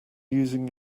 using